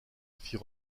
fit